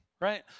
right